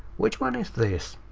which one is this?